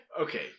Okay